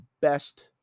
best